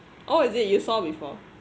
oh is it you saw before